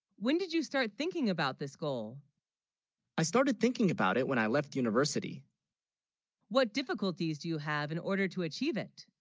when did you start thinking about this goal i started thinking about it when i left university what difficulties do you have in order to achieve it